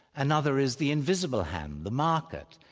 another is the invisible hand, the market.